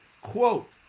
Quote